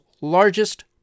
largest